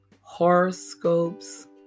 horoscopes